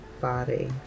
body